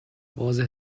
واضح